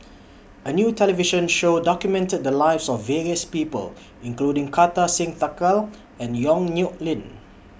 A New television Show documented The Lives of various People including Kartar Singh Thakral and Yong Nyuk Lin